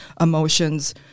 emotions